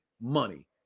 money